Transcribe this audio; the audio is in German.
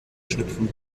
schlüpfen